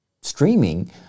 streaming